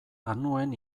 anuen